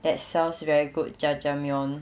that sells very good jajangmyeon